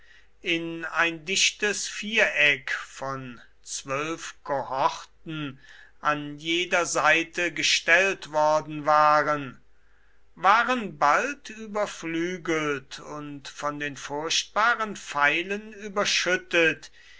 in ein dichtes viereck von zwölf kohorten an jeder seite gestellt worden waren waren bald überflügelt und von den furchtbaren pfeilen überschüttet